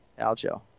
Aljo